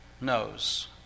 knows